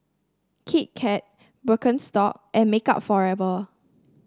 Kit Kat Birkenstock and Makeup Forever